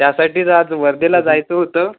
त्यासाठीच आज वर्धेला जायचं होतं